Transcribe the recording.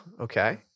Okay